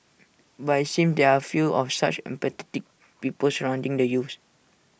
but IT seems there are few of such empathetic people surrounding the youths